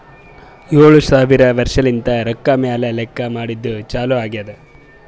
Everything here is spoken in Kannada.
ಏಳು ಸಾವಿರ ವರ್ಷಲಿಂತೆ ರೊಕ್ಕಾ ಮ್ಯಾಲ ಲೆಕ್ಕಾ ಮಾಡದ್ದು ಚಾಲು ಆಗ್ಯಾದ್